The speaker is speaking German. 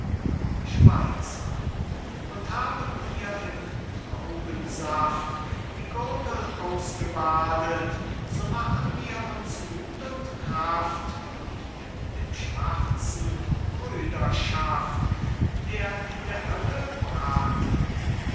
sorgen und haben wir im traubensaft die gurgel ausgebadet so machen wir uns muth und kraft und mit dem schwarzen brüderschaft der in der hölle bratet